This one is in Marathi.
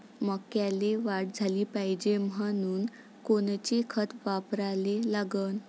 मक्याले वाढ झाली पाहिजे म्हनून कोनचे खतं वापराले लागन?